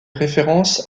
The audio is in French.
références